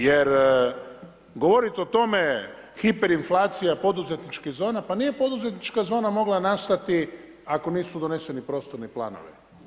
Jer govoriti o tome hiperinflacija poduzetničkih zona, pa nije poduzetnička zona mogla nastati ako nisu doneseni prostorni planovi.